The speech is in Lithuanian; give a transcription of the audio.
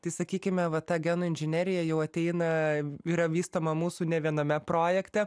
tai sakykime va ta genų inžinerija jau ateina yra vystoma mūsų ne viename projekte